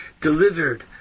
delivered